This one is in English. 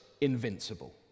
invincible